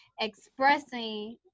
expressing